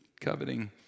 coveting